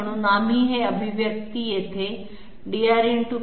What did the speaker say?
म्हणून आम्ही हे अभिव्यक्ती येथे dR